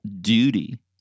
duty